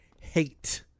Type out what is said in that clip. Hate